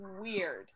Weird